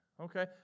Okay